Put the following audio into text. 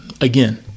Again